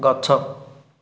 ଗଛ